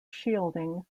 shielding